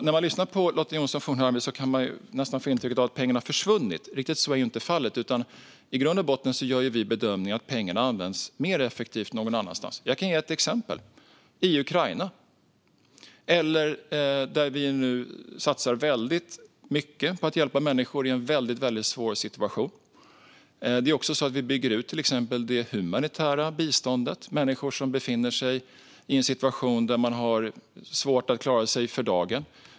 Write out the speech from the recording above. När man lyssnar på Lotta Johnsson Fornarve kan man få intrycket att pengarna försvunnit. Riktigt så är inte fallet, utan i grund och botten gör vi bedömningen att pengarna används mer effektivt någon annanstans. Jag kan ge ett exempel: i Ukraina, där vi nu satsar väldigt mycket på att hjälpa människor i en väldigt svår situation. Det är också så att vi bygger ut det humanitära biståndet till människor som befinner sig i en situation där de har svårt att klara sig för dagen.